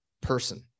person